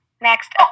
next